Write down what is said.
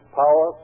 power